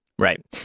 Right